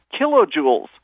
kilojoules